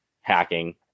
hacking